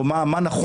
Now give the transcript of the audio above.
או מה נכון,